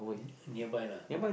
nearby lah